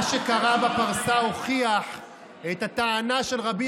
מה שקרה בפרסה הוכיח את הטענה של רבי